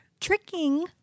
tricking